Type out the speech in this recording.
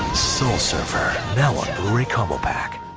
soul surfer, now on blu-ray combo pack.